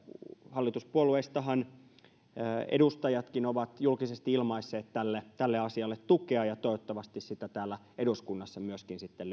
hallituspuolueistahan edustajatkin ovat julkisesti ilmaisseet tälle tälle asialle tukea ja toivottavasti sitä täällä eduskunnassa myöskin sitten